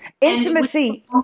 intimacy